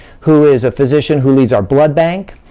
who is a physician who leads our blood bank,